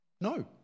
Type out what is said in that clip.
no